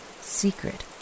secret